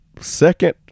second